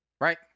Right